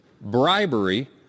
bribery